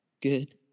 Good